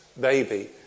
Baby